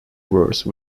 verse